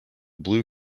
blue